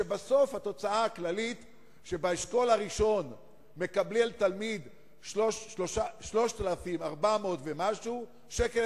שבסוף התוצאה הכללית היא שבאשכול הראשון מקבל תלמיד 3,400 ומשהו שקל,